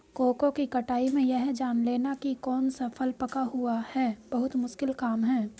cocoa की कटाई में यह जान लेना की कौन सा फल पका हुआ है बहुत मुश्किल काम है